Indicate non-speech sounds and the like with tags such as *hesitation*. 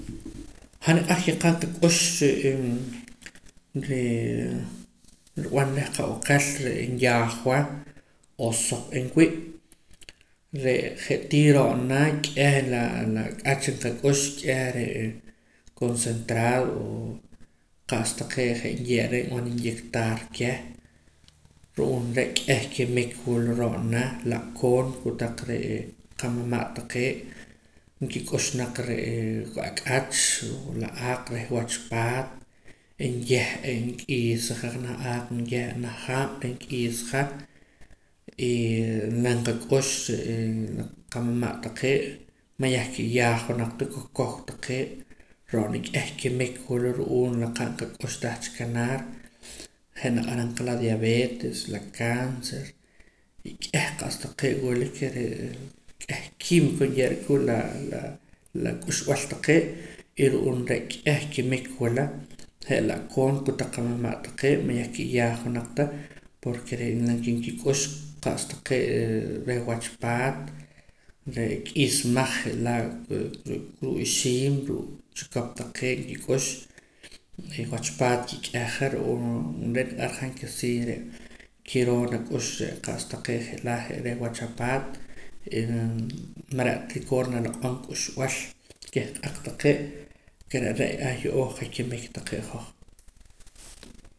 Han niq'ar ke qa'qak'ux re'e *hesitation* ree nrib'an reh qab'aqel re'e nyaajwa o soq inwii' re' je' tii ro'na k'eh laa la ak'ach nqak'ux k'eh re'e consentrado o qa'sa taqee' je' nye'ra nb'an inyectar keh ru'um re' k'eh kimik wula ro'na la'koon kotaq re'e qamama' taqee' nkik'ux naq re'e *hesitation* la ak'ach la aaq reh wach paat nyeh'a nk'iisja janaj aaq nyeh'a naj haab' reh nk'iisja y la nqak'ux *hesitation* qamama' taqee' mayaj kiyaajwa naq ta ko kow taqee' ro'na k'eh kimik wula ru'um la qa' nqak'ux tah cha kanaar je' naq'aran qa la diabetes la cáncer y k'eh qa's taqee' wula ke re' k'eh químico nye'ra kuu' la la la k'uxb'al taqee' y ru'um re' k'eh kimik wula je' la'koon kotaq qamama' taqee' mayaj kiyaajwa naq ta porque re' la kinkik'ux qa'sa taqee' re reh wach paat re' k'isamaj je'laa' ruu' ruu' ixiim ru' chikop taqee' nkik'ux y wach paat kik'eja ru'uum re' niq'ar han ke si re' kiroo nak'ux re' qa's taqee' je' laa' je' reh wach paat *hesitation* man re'ta rikoor naloq'om k'uxb'al keh q'aq taqee' ke re're' ahyo'ooj qakimik taqee' hoj